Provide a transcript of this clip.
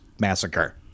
massacre